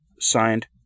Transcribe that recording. Signed